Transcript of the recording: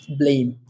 blame